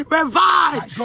revive